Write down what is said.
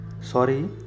Sorry